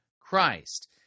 Christ